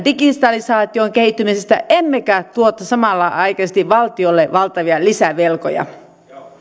digitalisaation kehittymisestä emmekä tuota samanaikaisesti valtiolle valtavia lisävelkoja